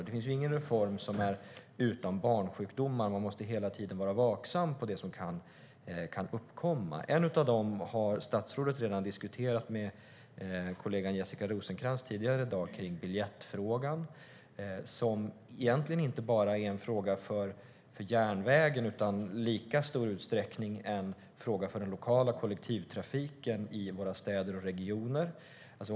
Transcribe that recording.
Det finns ingen reform som är utan barnsjukdomar, utan man måste hela tiden vara vaksam på det som kan uppkomma. En sådan sak har statsrådet redan diskuterat med kollegan Jessica Rosencrantz tidigare i dag, nämligen biljettfrågan. Det är egentligen inte bara en fråga för järnvägen utan i lika stor utsträckning en fråga för den lokala kollektivtrafiken i våra städer och regioner.